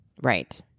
Right